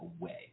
away